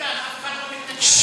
ביטול החרגת תאגידים